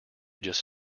just